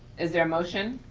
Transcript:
is there a motion?